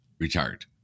retired